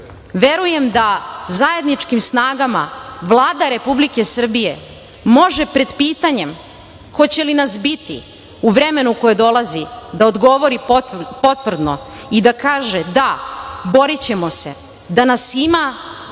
da zajedničkim snagama Vlada Republike Srbije može pred pitanjem hoće li nas biti u vremenu koje dolazi da odgovori potvrdno i da kaže – da, borićemo se da nas ima,